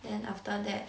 then after that